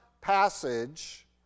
passage